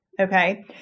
Okay